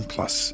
Plus